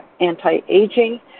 Anti-Aging